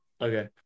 okay